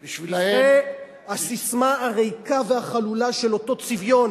בשבילם, כי זה הססמה הריקה והחלולה של אותו צביון.